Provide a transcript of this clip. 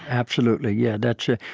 absolutely, yeah, that's it.